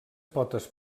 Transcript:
potes